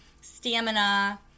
stamina